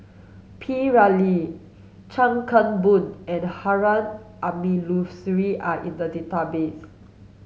P Ramlee Chuan Keng Boon and Harun Aminurrashid are in the database